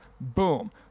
boom